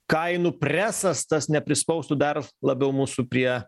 kainų presas tas neprispaustų dar labiau mūsų prie